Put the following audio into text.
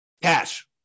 Cash